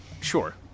Sure